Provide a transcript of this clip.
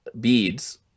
Beads